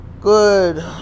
good